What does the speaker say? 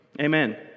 Amen